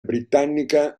britannica